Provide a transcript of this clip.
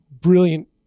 Brilliant